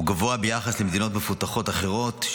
הוא גבוה ביחס למדינות מפותחות אחרות.